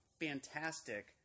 Fantastic